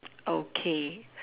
okay